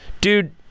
dude